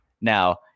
Now